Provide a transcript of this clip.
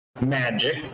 MAGIC